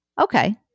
Okay